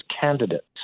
candidates